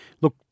look